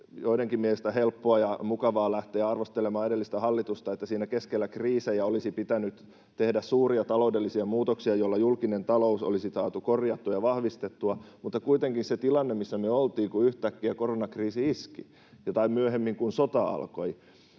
joidenkin mielestä helppoa ja mukavaa lähteä arvostelemaan edellistä hallitusta, että siinä keskellä kriisejä olisi pitänyt tehdä suuria taloudellisia muutoksia, joilla julkinen talous olisi saatu korjattua ja vahvistettua, mutta kuitenkin siinä tilanteessa, missä me oltiin, kun yhtäkkiä koronakriisi iski, tai myöhemmin, kun sota alkoi,